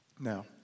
Now